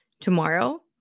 tomorrow